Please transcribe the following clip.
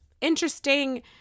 interesting